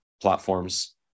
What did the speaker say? platforms